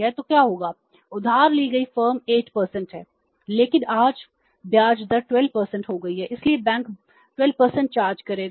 तो क्या होगा उधार ली गई फर्म 8 है लेकिन आज ब्याज दर 12 हो गई है इसलिए बैंक 12 चार्ज करेगा